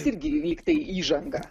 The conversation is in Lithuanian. irgi lygtai įžanga